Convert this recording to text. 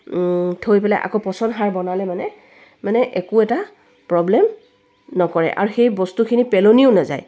থৈ পেলাই আকৌ পচন সাৰ বনালে মানে মানে একো এটা প্ৰব্লেম নকৰে আৰু সেই বস্তুখিনি পেলনিও নাযায়